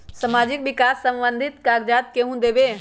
समाजीक विकास संबंधित कागज़ात केहु देबे?